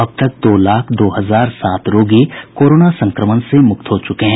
अब तक दो लाख दो हजार सात रोगी कोरोना संक्रमण से मुक्त हो चुके हैं